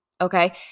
Okay